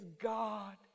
God